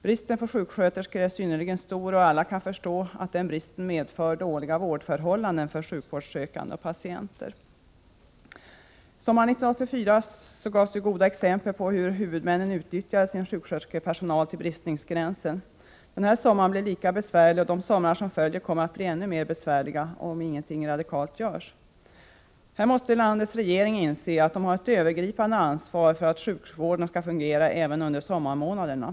Bristen på sjuksköterskor är synnerligen stor, och alla kan förstå att den bristen medför dåliga vårdförhållanden för sjukvårdssökande och patienter. Sommaren 1984 gav goda exempel på hur huvudmännen utnyttjade sin sjuksköterskepersonal till bristningsgränsen. Kommande sommar blir lika besvärlig, och de somrar som följer kommer att bli ännu mera besvärliga om ingenting radikalt görs. Här måste landets regering inse att den har ett övergripande ansvar för att sjukvården skall fungera även under sommarmånaderna.